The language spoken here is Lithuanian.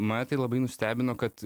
mane tai labai nustebino kad